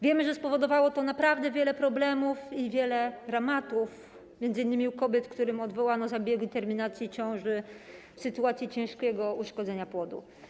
Wiemy, że spowodowało to naprawdę wiele problemów i wiele dramatów, m.in. u kobiet, którym odwołano zabiegi terminacji ciąży w sytuacji ciężkiego uszkodzenia płodu.